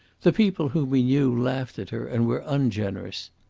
the people whom we knew laughed at her, and were ungenerous.